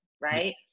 right